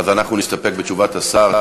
אז אנחנו נסתפק בתשובת השר.